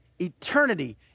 eternity